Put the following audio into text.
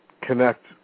connect